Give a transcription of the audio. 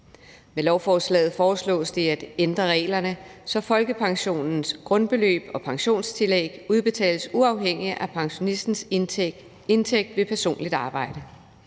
Med lovforslaget foreslås det at ændre reglerne, så folkepensionens grundbeløb og pensionstillæg udbetales uafhængig af pensionistens indtægt ved personligt arbejde.